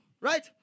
right